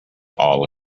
all